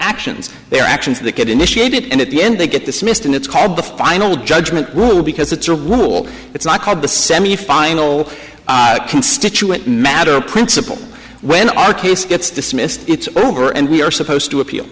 actions they are actions that get initiated and at the end they get dismissed and it's called the final judgment rule because it's a will it's not called the semifinal constituent matter principle when our case gets dismissed it's over and we are supposed to appeal